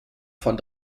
von